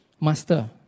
Master